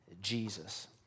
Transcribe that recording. Jesus